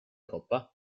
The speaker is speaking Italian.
coppa